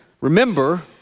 remember